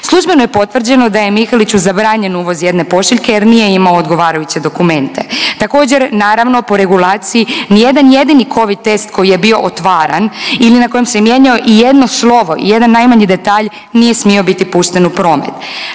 Službeno je potvrđeno da je Miheliću zabranjen uvoz jedne pošiljke jer nije imao odgovarajuće dokumente. Također naravno po regulaciji ni jedan jedini Covid test koji je bio otvaran ili na kojem se mijenjao i jedno slovo i jedan najmanji detalj nije smio biti pušten u promet.